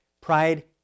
Pride